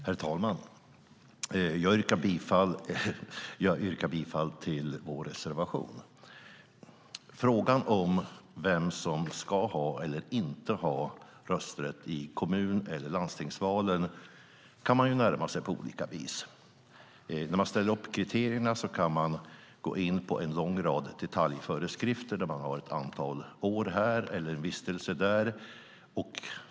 Herr talman! Jag yrkar bifall till vår reservation. Frågan om vem som ska ha eller inte ska ha rösträtt i kommun och landstingsval kan man närma sig på olika vis. När man ställer upp kriterierna kan man gå in på en lång rad detaljföreskrifter om antal år och vistelser.